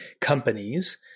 companies